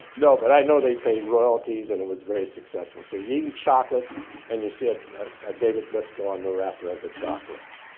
no, but i know they paid royalties and it was very successful. so you're eating chocolates and you see ah david driskell on the wrapper of the chocolate.